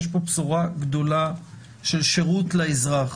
יש פה בשורה גדולה של שירות לאזרח,